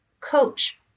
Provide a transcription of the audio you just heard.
coach